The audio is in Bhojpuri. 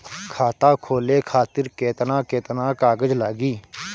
खाता खोले खातिर केतना केतना कागज लागी?